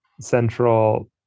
central